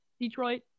Detroit